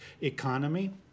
economy